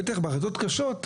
בטח בהחלטות קשות,